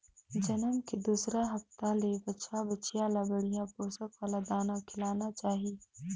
जनम के दूसर हप्ता ले बछवा, बछिया ल बड़िहा पोसक वाला दाना खिलाना चाही